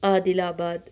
आदिलाबादः